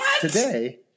today